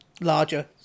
larger